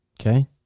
okay